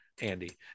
Andy